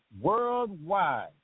Worldwide